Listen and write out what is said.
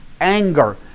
anger